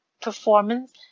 performance